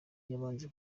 yabanje